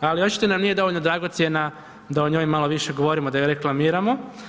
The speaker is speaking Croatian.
ali očito nam nije dovoljno dragocjena da o njoj malo više govorimo, da ju reklamiramo.